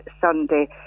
Sunday